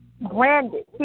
Branded